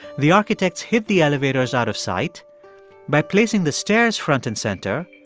the architects hid the elevators out of sight by placing the stairs front and center.